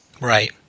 Right